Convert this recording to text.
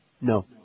No